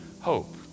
hope